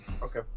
Okay